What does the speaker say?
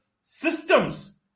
systems